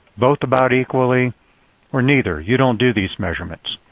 both about equally or neither. you don't do these measurements.